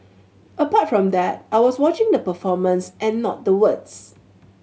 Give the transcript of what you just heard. apart from that I was watching the performance and not the words